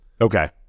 okay